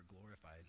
glorified